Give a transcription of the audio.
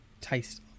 taste